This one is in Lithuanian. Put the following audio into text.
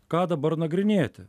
ką dabar nagrinėti